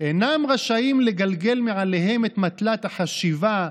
הם אינם רשאים לגלגל מעליהם את מטלת החשיבה,